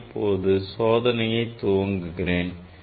நான் இப்போது சோதனையை துவங்குகிறேன்